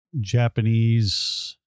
Japanese